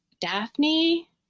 Daphne